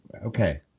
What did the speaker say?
Okay